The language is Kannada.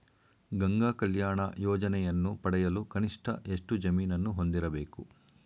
ಗಂಗಾ ಕಲ್ಯಾಣ ಯೋಜನೆಯನ್ನು ಪಡೆಯಲು ಕನಿಷ್ಠ ಎಷ್ಟು ಜಮೀನನ್ನು ಹೊಂದಿರಬೇಕು?